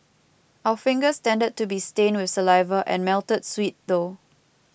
our fingers tended to be stained with saliva and melted sweet though